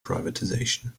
privatisation